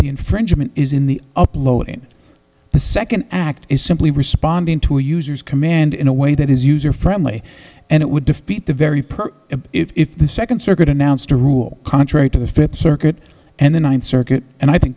the infringement is in the upload and the second act is simply responding to a user's command in a way that is user friendly and it would defeat the very purpose if the second circuit announced a rule contrary to the fifth circuit and the ninth circuit and i think